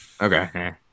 Okay